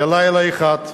לילה אחד,